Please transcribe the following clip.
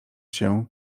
się